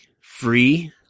free